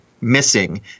missing